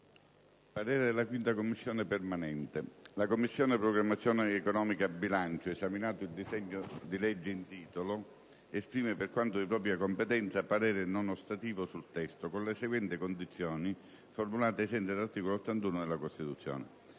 apre una nuova finestra"), *segretario*. «La Commissione programmazione economica, bilancio, esaminato il disegno di legge in titolo, esprime, per quanto di propria competenza, parere non ostativo sul testo, con le seguenti condizioni, formulate ai sensi dell'articolo 81 della Costituzione: